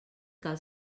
cal